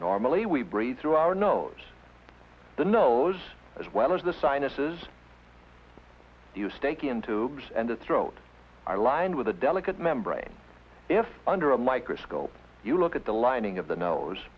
normally we breathe through our nose the nose as well as the sinuses eustachian tube and the throat i lined with a delicate membrane if under a microscope you look at the lining of the nose